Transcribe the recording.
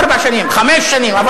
לאחרונה שלוש שנים.